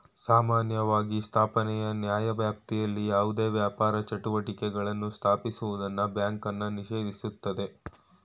ಸಾಮಾನ್ಯವಾಗಿ ಸ್ಥಾಪನೆಯ ನ್ಯಾಯವ್ಯಾಪ್ತಿಯಲ್ಲಿ ಯಾವುದೇ ವ್ಯಾಪಾರ ಚಟುವಟಿಕೆಗಳನ್ನ ಸ್ಥಾಪಿಸುವುದನ್ನ ಬ್ಯಾಂಕನ್ನ ನಿಷೇಧಿಸುತ್ತೆ